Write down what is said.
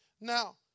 Now